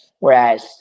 Whereas